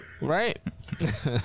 Right